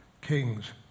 Kings